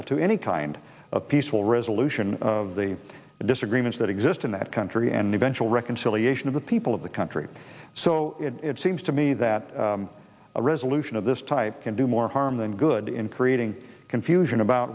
al to any kind of peaceful resolution of the disagreements that exist in that country and eventually reconciliation of the people of the country so it seems to me that a resolution of this type can do more harm than good in creating confusion about